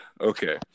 Okay